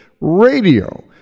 radio